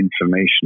information